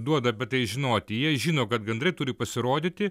duoda apie tai žinoti jie žino kad gandrai turi pasirodyti